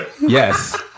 Yes